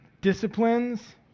disciplines